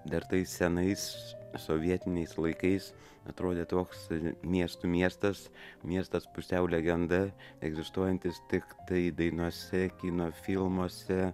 dar tais senais sovietiniais laikais atrodė toks miestų miestas miestas pusiau legenda egzistuojantis tiktai dainose kino filmuose